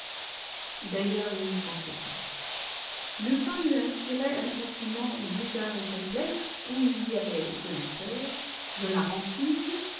d'ailleurs il n'y pensait pas lupin lui inspirait un sentiment bizarre et complexe où il y avait de la peur de la rancune